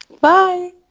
Bye